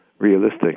realistic